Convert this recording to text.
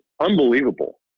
unbelievable